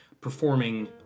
Performing